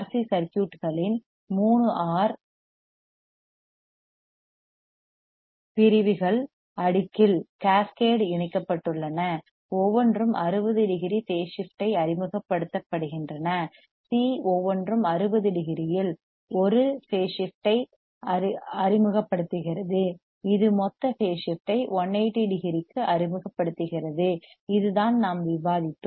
C RC சர்க்யூட்களின் 3 R R பிரிவுகள் அடுக்கில் கேஸ் கேட் இணைக்கப்பட்டுள்ளன ஒவ்வொன்றும் 60 டிகிரி பேஸ் ஷிப்ட் ஐ அறிமுகப்படுத்துகின்றன சி C ஒவ்வொன்றும் 60 டிகிரியின் ஒரு பேஸ் ஷிப்ட் ஐ அறிமுகப்படுத்துகிறது இது மொத்த பேஸ் ஷிப்ட் ஐ 180 டிகிரிக்கு அறிமுகப்படுத்துகிறது இதுதான் நாம் விவாதித்தோம்